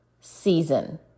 season